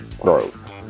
growth